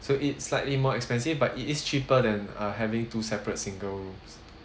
so it's slightly more expensive but it is cheaper than uh having two separate single rooms